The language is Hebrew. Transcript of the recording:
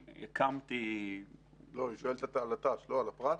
הקמתי --- היא שואלת על הת"ש לא על הפרט.